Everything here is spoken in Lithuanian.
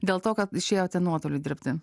dėl to kad išėjote nuotoliu dirbti